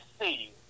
see